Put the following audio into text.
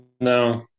No